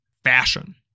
fashion